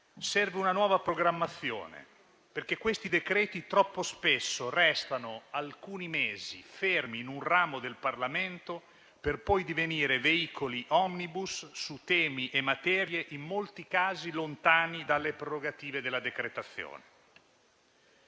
Serve una nuova programmazione, perché questi decreti troppo spesso restano alcuni mesi in un ramo del Parlamento, per poi divenire veicoli *omnibus* su temi e materie in molti casi lontani dalle prerogative della decretazione.